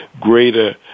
greater